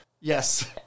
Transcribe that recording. yes